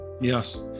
Yes